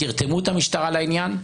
תרתמו את המשטרה לעניין,